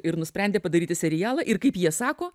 ir nusprendė padaryti serialą ir kaip jie sako